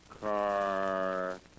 car